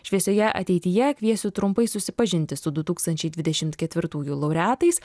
šviesioje ateityje kviesiu trumpai susipažinti su du tūkstančiai dvidešimt ketvirtųjų laureatais